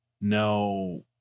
no